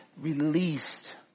released